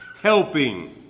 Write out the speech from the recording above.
helping